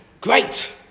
great